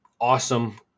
awesome